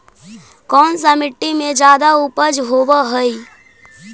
कोन सा मिट्टी मे ज्यादा उपज होबहय?